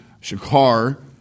shakar